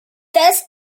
this